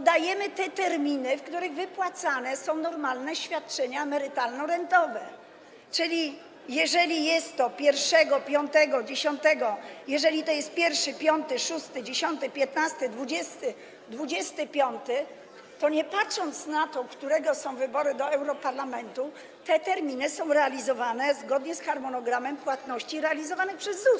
dajemy te terminy, w których wypłacane są normalne świadczenia emerytalno-rentowe, czyli jeżeli jest to pierwszego, piątego, dziesiątego, jeżeli to jest pierwszy, piąty, szósty, dziesiąty, piętnasty, dwudziesty, dwudziesty piąty, to nie patrząc na to, którego są wybory do europarlamentu, te terminy są realizowane zgodnie z harmonogramem płatności realizowanych przez ZUS.